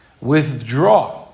Withdraw